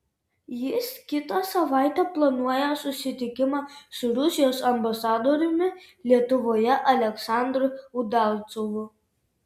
jis kitą savaitę planuoja susitikimą su rusijos ambasadoriumi lietuvoje aleksandru udalcovu